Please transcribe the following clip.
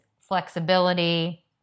flexibility